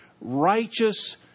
righteous